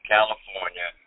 California